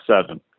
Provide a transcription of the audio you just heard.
seven